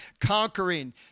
conquering